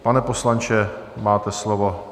Pane poslanče, máte slovo.